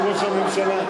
אדוני ראש הממשלה?